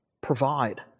Provide